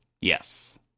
Yes